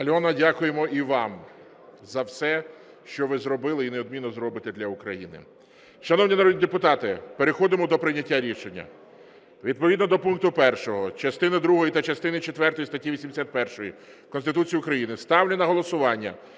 Альона, дякуємо і вам за все, що ви зробили і неодмінно зробите для України. Шановні народні депутати, переходимо до прийняття рішення. Відповідно до пункту 1 частини другої та частини четвертої статті 81 Конституції України ставлю на голосування